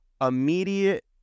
immediate